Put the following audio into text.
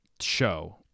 show